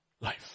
life